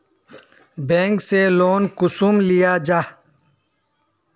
Bank से loan कुंसम लिया जाहा?